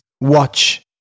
watch